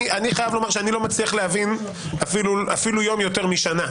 אני חייב לומר שאני לא מצליח להבין אפילו יום יותר משנה,